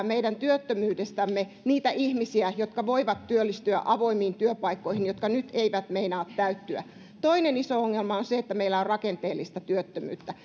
meidän työttömyydestämme niitä ihmisiä jotka voivat työllistyä avoimiin työpaikkoihin jotka nyt eivät meinaa täyttyä toinen iso ongelma on se että meillä on rakenteellista työttömyyttä